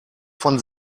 von